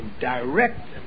direct